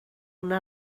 una